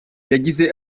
yagize